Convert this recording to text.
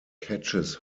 catches